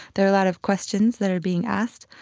there are a lot of questions that are being asked.